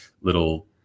little